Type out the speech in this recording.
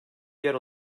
yer